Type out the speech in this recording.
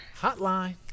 Hotline